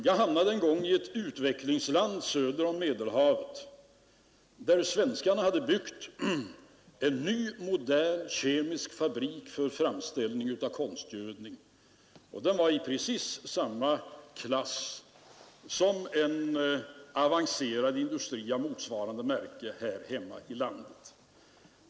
Jag hamnade en gång i ett utvecklingsland söder om Medelhavet där svenskarna hade byggt en ny, modern kemisk fabrik för framställning av konstgödning. Denna fabrik var av precis samma klass som en avancerad industri av motsvarande märke här hemma i landet.